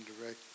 direct